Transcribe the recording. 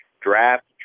draft